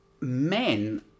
men